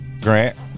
Grant